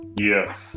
yes